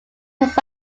pest